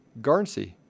Garnsey